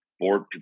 Board